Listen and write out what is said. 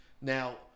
Now